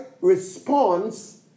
response